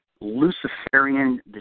Luciferian